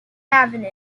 avenue